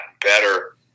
better